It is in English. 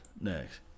Next